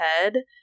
head